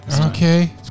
Okay